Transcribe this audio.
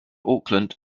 auckland